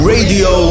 Radio